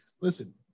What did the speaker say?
listen